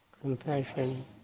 compassion